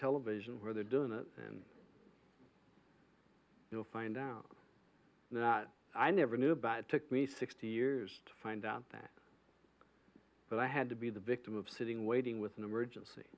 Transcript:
television where they're doing it and you'll find out that i never knew about it took me sixty years to find out that but i had to be the victim of sitting waiting with an emergency